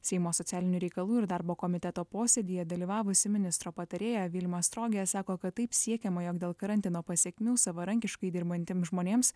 seimo socialinių reikalų ir darbo komiteto posėdyje dalyvavusi ministro patarėja vilma astrogė sako kad taip siekiama jog dėl karantino pasekmių savarankiškai dirbantiems žmonėms